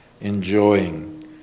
enjoying